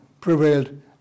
prevailed